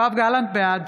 בעד